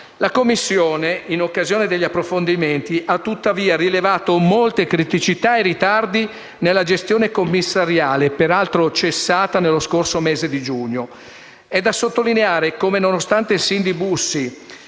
La Commissione, in occasione degli approfondimenti, ha tuttavia rilevato molte criticità e ritardi nella gestione commissariale, peraltro cessata nello scorso mese di giugno. È da sottolineare come, nonostante il sito